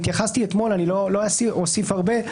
התייחסתי אתמול, לא אוסיף הרבה.